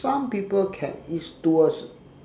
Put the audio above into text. some people can is to a